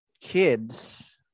kids